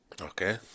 Okay